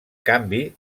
canvi